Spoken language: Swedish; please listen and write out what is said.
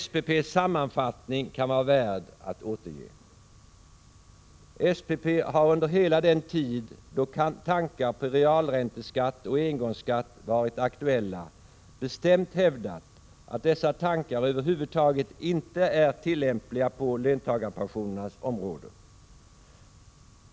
SPP:s sammanfattning är värd att återge: ”SPP har under hela den tid då tankar på realränteskatt och engångsskatt varit aktuella bestämt hävdat att dessa tankar över huvud taget inte är tillämpliga på löntagarpensionernas område.